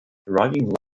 arriving